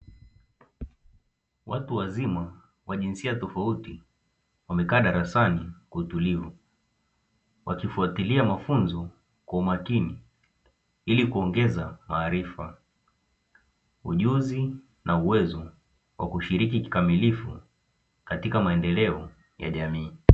Watu wazima wa jinsia tofauti wamekaa darasani kwa utulivu wakifuatilia mafunzo kwa umakini ili kuongeza maarifa, ujuzi na uwezo wa kushiriki kikamilifu katika maendeleo ya jamii.